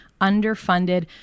underfunded